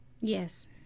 Yes